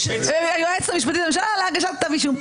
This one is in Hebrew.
סליחה, היועץ המשפטי להגשת כתב אישום.